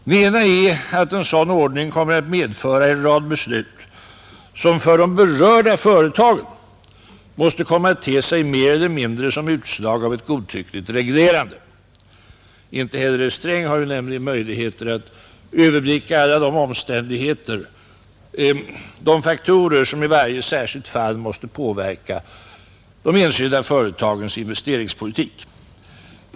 Den ena är att en sådan ordning kommer att medföra en rad beslut, som för de berörda företagen måste komma att te sig mer eller mindre som ett utslag av ett godtyckligt reglerande. Inte heller herr Sträng har nämligen möjligheter att överblicka alla de faktorer som i varje särskilt fall måste påverka de enskilda företagens investeringspolitik.